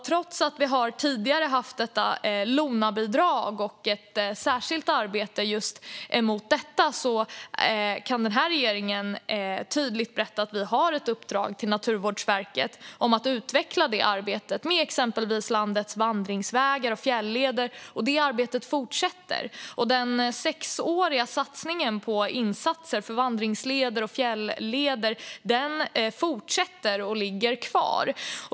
Trots att vi tidigare haft LONA-bidraget och ett särskilt arbete med detta kan regeringen berätta att Naturvårdsverket har ett tydligt uppdrag i fråga om att utveckla arbetet med exempelvis landets vandringsvägar och fjälleder och att det arbetet fortsätter. Den sexåriga satsningen på insatser för vandringsleder och fjälleder ligger kvar.